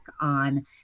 on